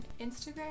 Instagram